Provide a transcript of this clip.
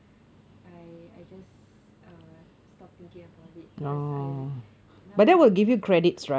I I just um uh stop thinking about it because I என்ன மொதல்:enaa mothal~